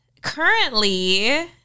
currently